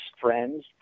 friends